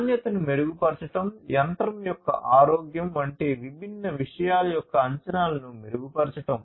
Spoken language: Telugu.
నాణ్యతను మెరుగుపరచడం